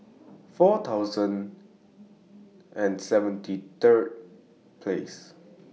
four thousand and seventy Third Place